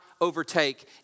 overtake